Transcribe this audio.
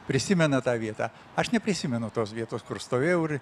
prisimena tą vietą aš neprisimenu tos vietos kur stovėjau ir